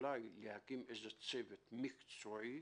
ואולי להקים איזה צוות מקצועי